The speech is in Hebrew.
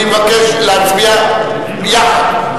שלושתם יחד.